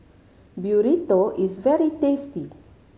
burrito is very tasty